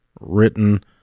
written